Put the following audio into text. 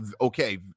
okay